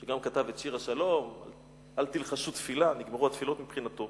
שכתב גם את "שיר לשלום" "אל תלחשו תפילה" נגמרו התפילות מבחינתו,